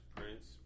Prince